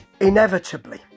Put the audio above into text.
Inevitably